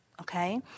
okay